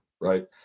right